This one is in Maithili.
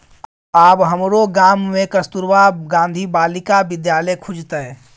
आब हमरो गाम मे कस्तूरबा गांधी बालिका विद्यालय खुजतै